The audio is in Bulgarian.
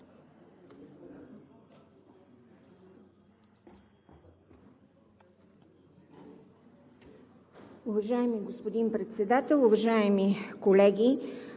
Уважаеми господин Председател, уважаеми колеги!